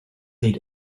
need